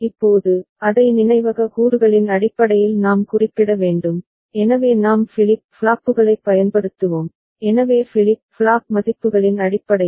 இப்போது அதை நினைவக கூறுகளின் அடிப்படையில் நாம் குறிப்பிட வேண்டும் எனவே நாம் ஃபிளிப் ஃப்ளாப்புகளைப் பயன்படுத்துவோம் எனவே ஃபிளிப் ஃப்ளாப் மதிப்புகளின் அடிப்படையில்